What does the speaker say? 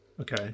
Okay